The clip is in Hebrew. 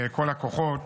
כל הכוחות